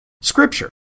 Scripture